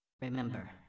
Remember